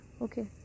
okay